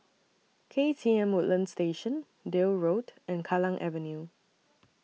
K T M Woodlands Station Deal Road and Kallang Avenue